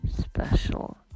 special